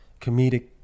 comedic